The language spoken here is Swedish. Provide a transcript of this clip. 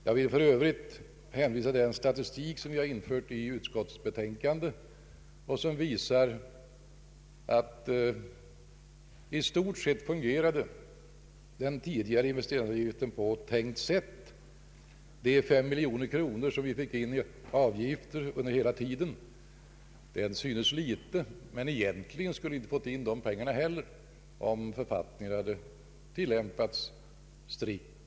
Jag vill för övrigt hänvisa till den statistik som vi har infört i utskottets betänkande och som visar att i stort sett fungerade den tidigare investeringsavgiften på tänkt sätt. De fem miljoner kronor som vi fick in i avgifter under hela tiden är till synes litet, men om författningen hade tillämpats strikt skulle vi egentligen inte ha fått in de pengarna heller.